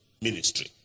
ministry